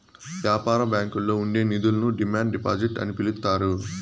యాపార బ్యాంకుల్లో ఉండే నిధులను డిమాండ్ డిపాజిట్ అని పిలుత్తారు